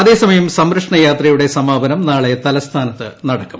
അതേസമയം സംരക്ഷണയാത്രയുടെ സമാപനം നാളെ തലസ്സ്ഥാനത്ത് നടക്കും